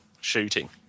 shooting